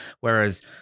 whereas